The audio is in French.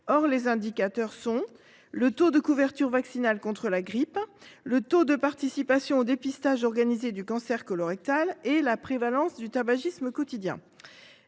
Or les indicateurs retenus sont le taux de couverture vaccinale contre la grippe, le taux de participation au dépistage organisé du cancer colorectal et la prévalence du tabagisme quotidien.